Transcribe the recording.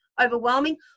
overwhelming